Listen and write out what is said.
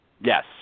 Yes